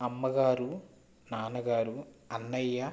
అమ్మగారు నాన్నగారు అన్నయ్య